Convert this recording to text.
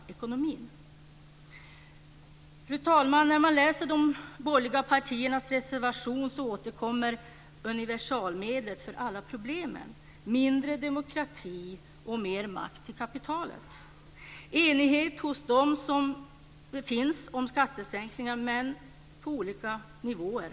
Fru talman! När man läser de borgerliga partiernas reservationer återkommer universalmedlet för alla problem: mindre demokrati och mer makt till kapitalet. Det finns enighet hos dem om skattesänkningar, om än på olika nivåer.